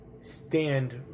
stand